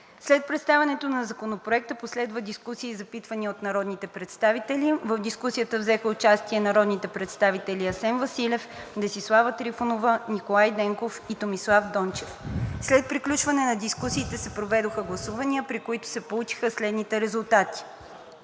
След представянето на Законопроекта последва дискусия и запитвания от народните представители. В дискусията взеха участие народните представители Асен Василев, Десислава Трифонова, Николай Денков, Томислав Дончев. След приключване на дискусиите се проведоха гласувания, при които се получиха следните резултати: